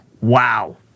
Wow